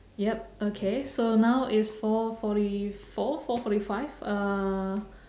yup okay so now is four forty four four forty five uh